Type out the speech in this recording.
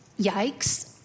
Yikes